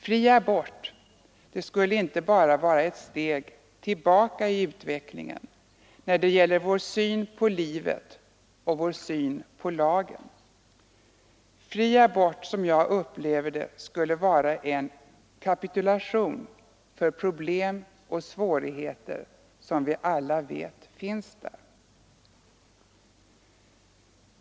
Fri abort skulle inte bara vara ett steg tillbaka i utvecklingen när det gäller vår syn på livet och vår syn på lagen. Fri abort skulle, som jag upplever det, vara en kapitulation för problem och svårigheter, som vi alla vet finns.